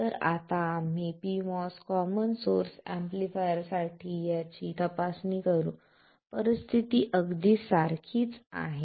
तर आता आम्ही pMOS कॉमन सोर्स एम्पलीफायर्स साठी याची तपासणी करू परिस्थिती अगदी सारखीच आहे